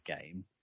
game